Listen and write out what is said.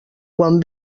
quan